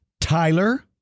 Tyler